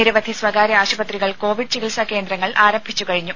നിരവധി സ്വകാര്യ ആശുപത്രികൾ കോവിഡ് ചികിത്സാ കേന്ദ്രങ്ങൾ ആരംഭിച്ചു കഴിഞ്ഞു